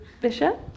Bishop